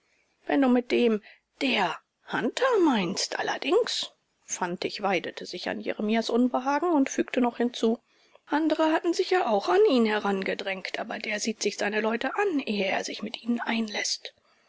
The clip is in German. wenn du mit dem der hunter meinst allerdings fantig weidete sich an jeremias unbehagen und fügte noch hinzu andere hatten sich ja auch an ihn herangedrängt aber der sieht sich seine leute an ehe er sich mit ihnen einläßt